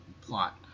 plot